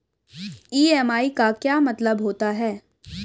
EMI का क्या मतलब होता है?